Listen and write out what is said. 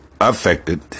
Affected